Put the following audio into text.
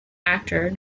actor